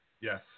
Yes